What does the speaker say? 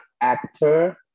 actor